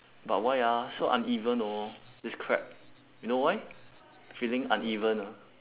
but why ah so uneven hor this crab you know why feeling uneven ah